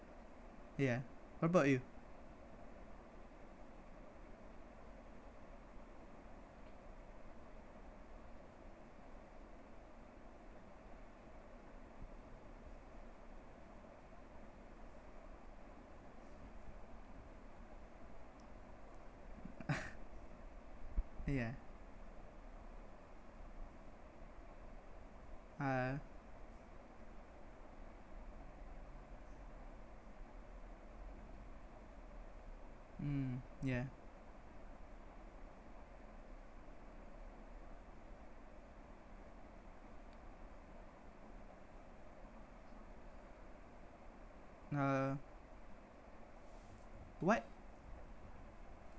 ya what about you yah uh mm yah uh what